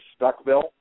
Stuckville